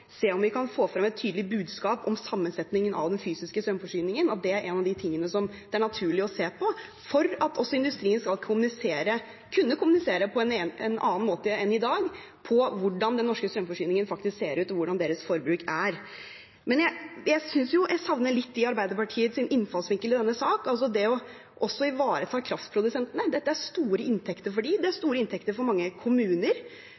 se om vi kan få frem et tydelig budskap om sammensetningen av den fysiske strømforsyningen. Det er en av de tingene det er naturlig å se på for at også industrien skal kunne kommunisere på en annen måte enn i dag om hvordan den norske strømforsyningen faktisk ser ut, og hvordan deres forbruk er. Det jeg savner litt i Arbeiderpartiets innfallsvinkel til denne saken er det å ivareta også kraftprodusentene. Dette er store inntekter for dem, det er